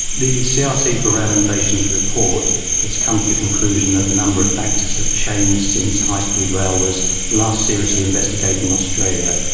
the crc for rail innovation's report has come to the conclusion that a number of factors have changed since high speed rail was last seriously investigated in australia,